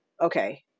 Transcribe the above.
Okay